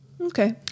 Okay